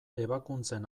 ebakuntzen